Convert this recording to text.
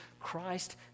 Christ